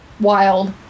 Wild